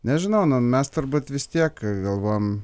nežinau nu mes turbūt vis tiek galvojom